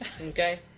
okay